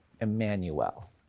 Emmanuel